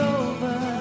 over